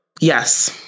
yes